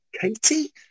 katie